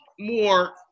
more